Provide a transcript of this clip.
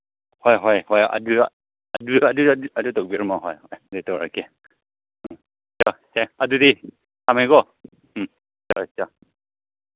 ꯍꯣꯏ ꯍꯣꯏ ꯍꯣꯏ ꯑꯗꯨ ꯑꯗꯨ ꯑꯗꯨ ꯑꯗꯨ ꯇꯧꯕꯤꯔꯝꯃꯣ ꯍꯣꯏ ꯍꯣꯏ ꯑꯗꯨ ꯇꯧꯔꯒꯦ ꯎꯝ ꯍꯦ ꯑꯗꯨꯗꯤ ꯊꯝꯃꯦꯀꯣ ꯎꯝ ꯍꯣꯏ ꯆꯥ